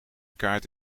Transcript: kaart